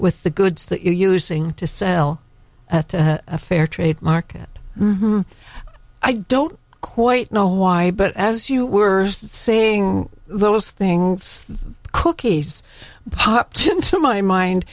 with the goods that you're using to sell at a fair trade market i don't quite know why but as you were saying those things cookies popped into my mind